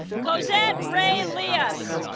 cosette rhae lias